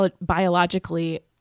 biologically